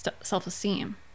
self-esteem